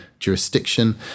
jurisdiction